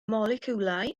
moleciwlau